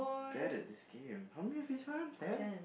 bad at this game how many have we found ten